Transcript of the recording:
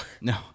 No